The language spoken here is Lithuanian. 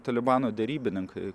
talibano derybininkai